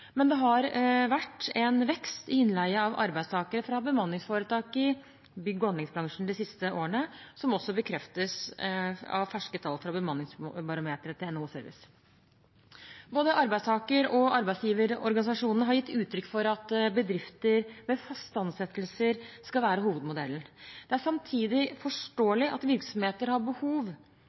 men det har vært en vekst i innleie av arbeidstakere fra bemanningsforetak i bygg- og anleggsbransjen de siste årene, noe som også bekreftes av ferske tall fra Bemanningsbarometeret til NHO Service. Både arbeidstaker- og arbeidsgiverorganisasjonene har gitt uttrykk for at bedrifter med faste ansettelser skal være hovedmodellen. Det er samtidig forståelig at virksomheter har behov